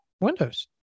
Windows